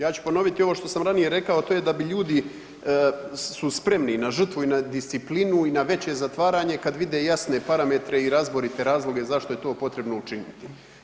Ja ću ponoviti ovo što sam ranije rekao, to je da bi ljudi su spremni na žrtvu i na disciplinu i na veće zatvaranje kad vide jasne parametre i razborite razloge zašto je to potrebno učiniti.